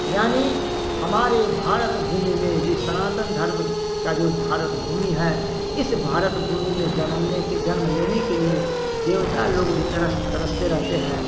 यानी हमारे भारत भूमि में जे सनातन धर्म का जो भारत भूमि है इस भारत भूमि में जनमने के जन्म लेने के लिए देवता लोग भी तरस तरसते रहते हैं